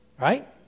Right